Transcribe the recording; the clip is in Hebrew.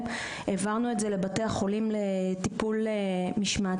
העברנו את זה לבתי החולים לטיפול משמעתי,